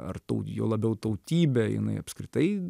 ar juo labiau tautybę jinai apskritai